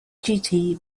duty